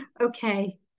okay